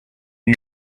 you